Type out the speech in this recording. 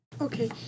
Okay